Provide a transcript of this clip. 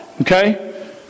Okay